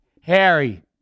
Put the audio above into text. Harry